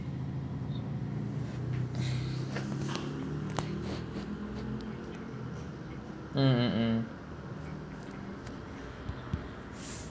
mm mm mm